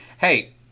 Hey